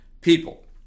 people